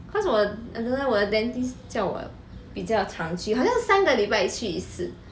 cause 我 I don't know leh 我的 dentist 叫我比较常去好像是三个礼拜去一次